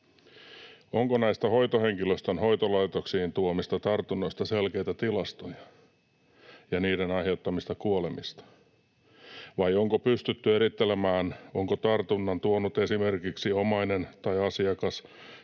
Onko näistä hoitohenkilöstön hoitolaitoksiin tuomista tartunnoista selkeitä tilastoja ja niiden aiheuttamista kuolemista, vai onko pystytty erittelemään, onko tartunnan tuonut esimerkiksi omainen tai asiakas